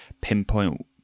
pinpoint